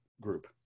group